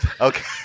Okay